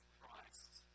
Christ